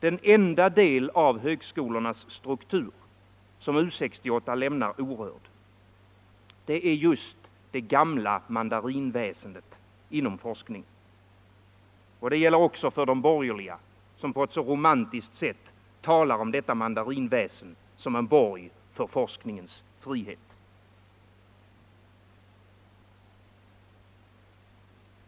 Den enda del av högskolornas struktur som U 68 lämnat orörd är just det gamla mandarinväsendet inom forskningen. Det gäller också för de borgerliga, som på ett så romantiskt sätt talar om detta mandarinväsende som en borg för forskningens frihet.